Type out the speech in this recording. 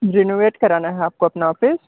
renovate कराना है आपको अपना ऑफिस